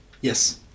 Yes